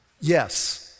Yes